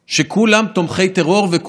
מסמך של משרד החינוך בשם "למידה בשעת חירום,